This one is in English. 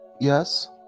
Yes